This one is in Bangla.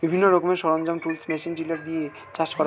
বিভিন্ন রকমের সরঞ্জাম, টুলস, মেশিন টিলার দিয়ে চাষ করা হয়